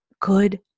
good